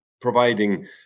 providing